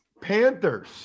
Panthers